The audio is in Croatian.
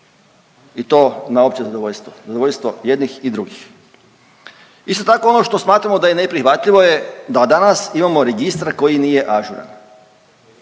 i to na opće zadovoljstvo. Zadovoljstvo jednih i drugih. Isto tako ono što smatramo da je neprihvatljivo je da danas imamo registar koji nije ažuran.